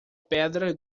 pedra